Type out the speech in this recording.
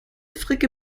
fricke